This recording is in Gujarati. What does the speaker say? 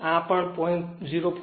આ પણ 0